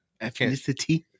ethnicity